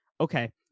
okay